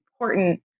important